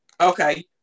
Okay